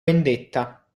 vendetta